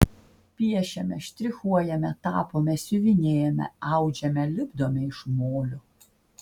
piešiame štrichuojame tapome siuvinėjame audžiame lipdome iš molio